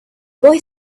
boy